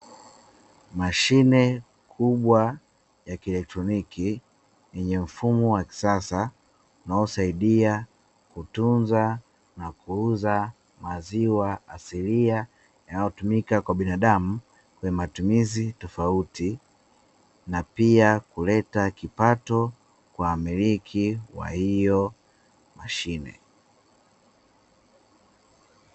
Mashine kubwa ya kieletroniki yenye mfumo wa kisasa, unaosaidia kutunza na kuuza maziwa asilia, yanatotumika kwa binadamu, kwenye matumizi tofauti na pia kuleta kipato kwa wamiliki wa hiyo mashine.